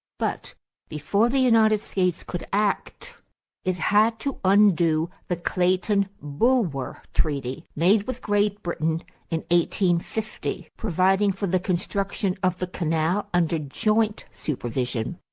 but before the united states could act it had to undo the clayton-bulwer treaty, made with great britain in one fifty, providing for the construction of the canal under joint supervision.